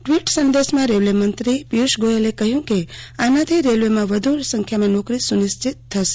ટ્રવીટ સંદેશમાં રેલવે મંત્રી પિયુષ ગોયલે કહ્યું કે આનાથી રેલવેમાં વધુ સંખ્યામાં નોકરી સુનિશ્ચિત થશે